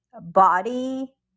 body